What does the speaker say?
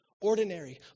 ordinary